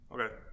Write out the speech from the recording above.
Okay